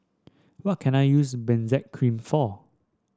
what can I use Benzac Cream for